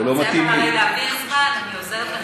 אתה רוצה להעביר זמן, אני עוזרת לך.